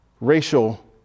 racial